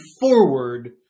forward